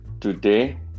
Today